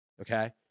okay